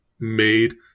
made